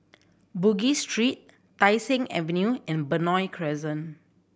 Bugis Street Tai Seng Avenue and Benoi Crescent